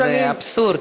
זה אבסורד.